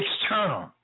external